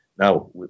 Now